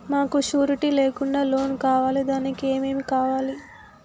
మాకు షూరిటీ లేకుండా లోన్ కావాలి దానికి ఏమేమి కావాలి?